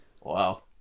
Wow